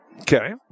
Okay